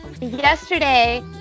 Yesterday